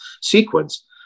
sequence